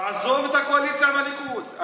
תעזוב את הקואליציה והליכוד.